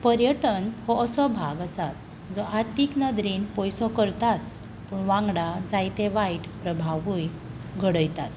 पर्यटन हो असो भाग आसा जो आर्थीक नदरेन पयसो करताच पूण वांगडा जायते वायट प्रभावूय घडयतात